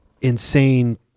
insane